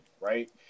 right